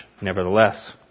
nevertheless